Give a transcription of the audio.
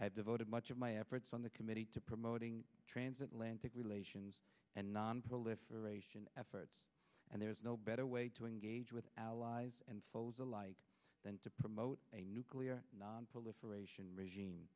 have devoted much of my efforts on the committee to promoting transatlantic relations and nonproliferation efforts and there's no better way to engage with allies and foes alike than to promote a nuclear nonproliferation regime